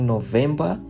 November